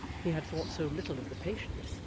he had thought so little of the patient,